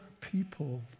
people